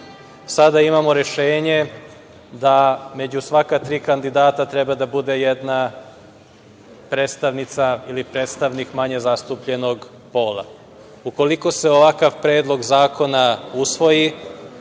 Sada imamo rešenje da među svaka tri kandidata treba da bude jedna predstavnica ili predstavnik manje zastupljenog pola. Ukoliko se ovakav Predlog zakona usvoji